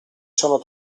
sono